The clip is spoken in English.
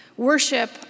worship